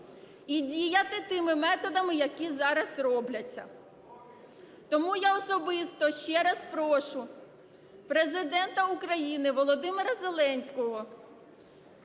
і діяти тими методами, які зараз робляться. Тому я особисто ще раз прошу Президента України Володимира Зеленського